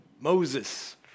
Moses